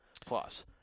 plus